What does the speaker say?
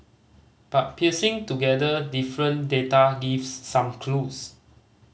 but piecing together different data gives some clues